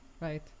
right